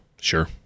Sure